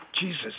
Jesus